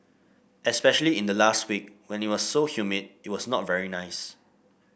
especially in the last week when it was so humid it was not very nice